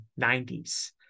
90s